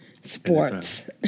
Sports